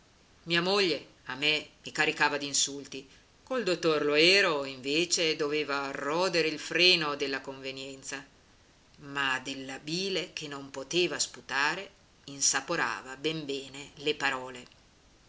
mia moglie a me mi caricava d'insulti col dottor loero invece doveva rodere il freno della convenienza ma della bile che non poteva sputare insaporava ben bene le parole